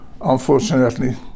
unfortunately